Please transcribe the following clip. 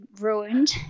ruined